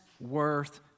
worth